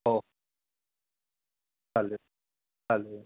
हो चालेल चालू आहे